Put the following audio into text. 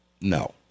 No